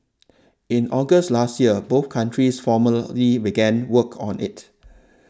in August last year both countries formally began work on it